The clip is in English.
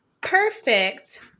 perfect